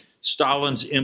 Stalin's